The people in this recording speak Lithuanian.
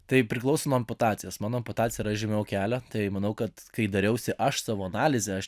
tai priklauso nuo amputacijos mano amputacija yra žemiau kelio tai manau kad kai dariausi aš savo analizę aš